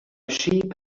sheep